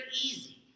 easy